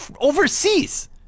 overseas